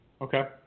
Okay